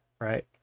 right